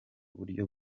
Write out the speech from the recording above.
buryo